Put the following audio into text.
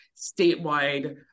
statewide